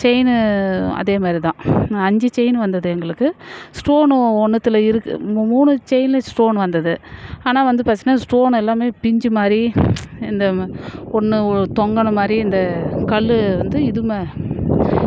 chain அதேமாதிரி தான் அஞ்சு செயினு வந்தது எங்களுக்கு ஸ்டோனு ஒன்னுத்துல இருக்கு மூணு செயினில் ஸ்டோன் வந்தது ஆனால் வந்து பார்த்திங்கனா ஸ்டோனெல்லாம் பிய்ஞ்ச மாதிரி இந்த ஒன்று தொங்கின மாதிரி இந்த கல் வந்து இதுமாதிரி